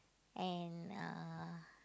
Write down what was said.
and uh